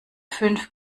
fünf